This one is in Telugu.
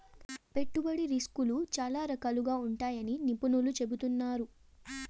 పెట్టుబడి రిస్కులు చాలా రకాలుగా ఉంటాయని నిపుణులు చెబుతున్నారు